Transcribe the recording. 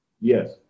yes